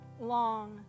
long